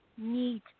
need